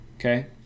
Okay